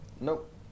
Nope